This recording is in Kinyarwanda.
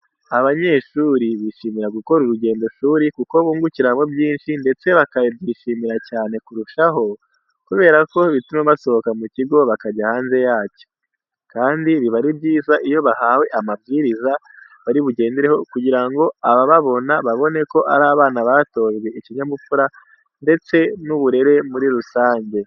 Abanyeshuri bishimira gukora urugendoshuri kuko bungukiramo byinshi ndetse bakabyishimira cyane kurushaho kubera ko bituma basohoka mu kigo bakajya hanze yacyo. Kandi biba ari byiza iyo bahawe amabwiriza bari bugendereho kugira ngo abababona babone ko ari abana batojwe ikinyabupfura ndetse n'uburere muri rusange.